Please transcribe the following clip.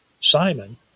Simon